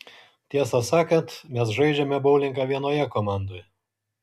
tiesą sakant mes žaidžiame boulingą vienoje komandoje